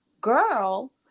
girl